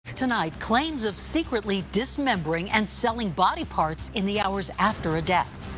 tonight claims of secretly dismembering and selling body parts in the hours after a death.